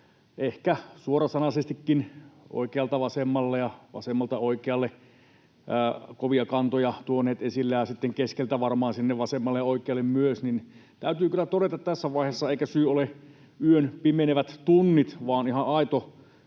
ehkä suorasanaisestikin oikealta vasemmalle ja vasemmalta oikealle kovia kantoja tuoneet esille ja sitten keskeltä varmaan sinne vasemmalle ja oikealle myös, niin täytyy kyllä todeta tässä vaiheessa — eikä syy ole yön pimenevät tunnit vaan ihan aito